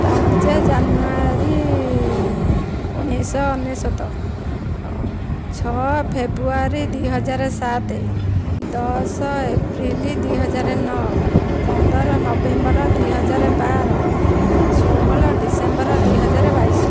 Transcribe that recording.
ପାଞ୍ଚ ଜାନୁଆରୀ ଉଣେଇଶଶହ ଅନେଶ୍ୱତ ଛଅ ଫେବୃଆରୀ ଦୁଇହଜାର ସାତ ଦଶ ଏପ୍ରିଲ ଦୁଇହଜାର ନଅ ପନ୍ଦର ନଭେମ୍ବର ଦୁଇହଜାର ବାର ଷୋହଳ ଡିସେମ୍ବର ଦୁଇହଜାର ବାଇଶ